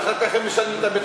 ואחר כך הם משלמים את זה,